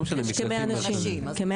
כ-100 נשים.